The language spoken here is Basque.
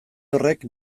horrek